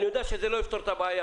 אני יודע שזה לא יפתור את הבעיה,